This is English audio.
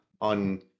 on